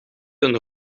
een